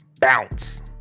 Bounce